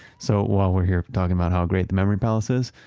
so while we're here talking about how great the memory palace is,